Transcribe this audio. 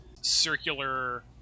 circular